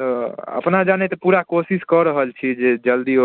तऽ अपना जनैत पूरा कोशिश कऽ रहल छी जे जल्दी